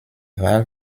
wahl